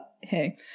Hey